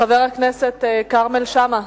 חבר הכנסת כרמל שאמה,